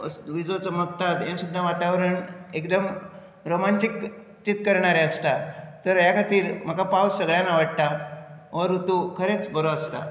विजो चमकतात हे सुद्दां वातावरण एकदम रोमांचीक चीक करणारें आसता तर ह्या खातीर म्हाका पावस सगळ्यांत आवडटा हो ऋतू खरेंच बरो आसता